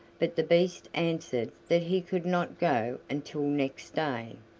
but the beast answered that he could not go until next day.